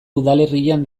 udalerrian